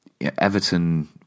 Everton